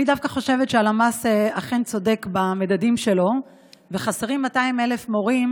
אני דווקא חושבת שהלמ"ס אכן צודק במדדים שלו וחסרים 200,000 מורים,